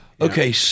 Okay